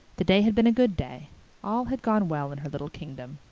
the day had been a good day all had gone well in her little kingdom.